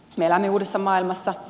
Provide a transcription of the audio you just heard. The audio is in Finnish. me elämme uudessa maailmassa